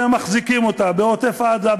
והם מחזיקים אותה בעוטף-עזה,